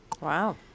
Wow